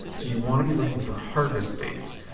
so you want to be looking for harvest dates.